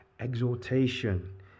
Exhortation